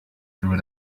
through